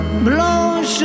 blanche